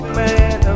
man